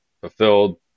fulfilled